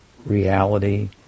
reality